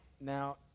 now